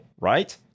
right